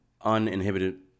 uninhibited